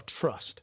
trust